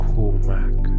Cormac